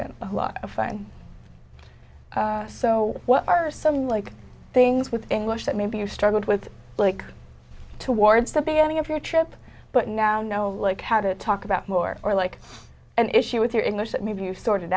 been a lot of fun so what are some like things with english that maybe you struggled with like towards the beginning of your trip but now know like how to talk about more or like an issue with your english that maybe you sorted